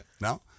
No